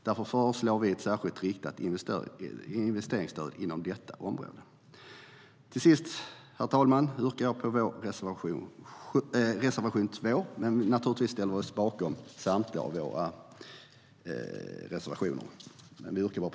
Därför föreslår vi ett särskilt riktat investeringsstöd inom detta område.